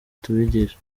tubigisha